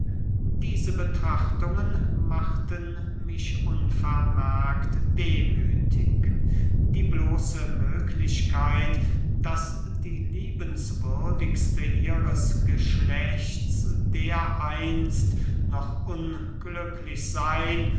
diese betrachtungen machten mich unvermerkt wehmüthig die bloße möglichkeit daß die liebenswürdigste ihres geschlechts dereinst noch unglücklich seyn